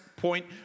Point